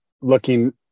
looking